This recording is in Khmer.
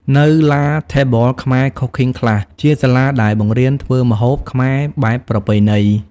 នៅ La Table Khmere Cooking Class ជាសាលាដែលបង្រៀនធ្វើម្ហូបខ្មែរបែបប្រពៃណី ។